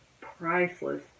priceless